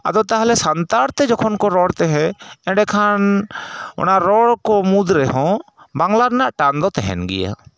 ᱟᱫᱚ ᱛᱟᱦᱚᱞᱮ ᱥᱟᱱᱛᱟᱲ ᱛᱮ ᱡᱚᱠᱷᱚᱱ ᱠᱚ ᱨᱚᱲ ᱛᱟᱦᱮᱸᱫ ᱮᱸᱰᱮᱠᱷᱟᱱ ᱚᱱᱟᱠᱚ ᱨᱚᱲ ᱠᱚ ᱢᱩᱫᱽ ᱨᱮᱦᱚᱸ ᱵᱟᱝᱞᱟ ᱨᱮᱱᱟᱜ ᱴᱟᱱ ᱫᱚ ᱛᱟᱦᱮᱱ ᱜᱮᱭᱟ